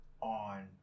on